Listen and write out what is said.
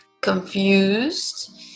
confused